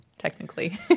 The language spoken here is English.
Technically